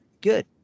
good